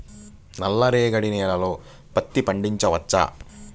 నల్ల రేగడి నేలలో పత్తి పండించవచ్చా?